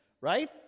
right